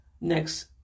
next